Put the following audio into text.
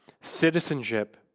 citizenship